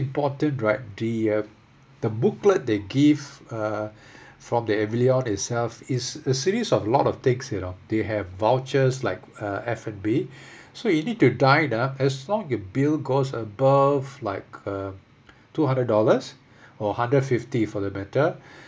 important right the uh the booklet they give uh from the avillion itself is a series of lot of things you know they have vouchers like uh F&B so you need to dine ah as long your bill goes above like uh two hundred dollars or hundred fifty for the matter